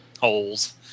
Holes